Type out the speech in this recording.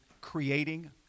creating